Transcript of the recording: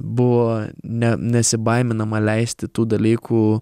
buvo ne nesibaiminama leisti tų dalykų